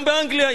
גם באנגליה,